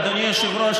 אדוני היושב-ראש,